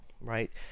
right